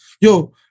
Yo